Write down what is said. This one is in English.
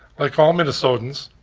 like all minnesotans,